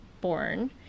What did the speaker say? born